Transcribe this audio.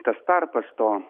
tas tarpas to